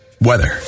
weather